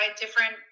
different